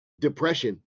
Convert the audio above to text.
depression